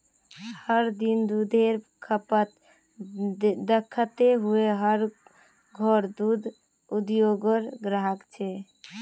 हर दिन दुधेर खपत दखते हुए हर घोर दूध उद्द्योगेर ग्राहक छे